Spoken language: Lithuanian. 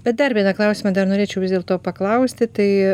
bet dar vieną klausimą dar norėčiau vis dėlto paklausti tai